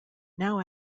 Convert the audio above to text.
now